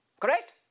Correct